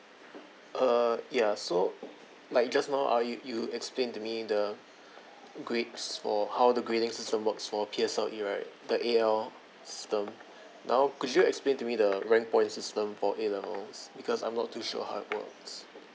uh ya so like just now ah you explain to me the grades for how the grading system works for P_S_L_E right the A_L system now could you explain to me the rank points system for A levels because I'm not too sure how it works